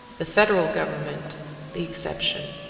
the federal government the exception.